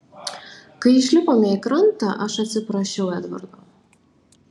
kai išlipome į krantą aš atsiprašiau edvardo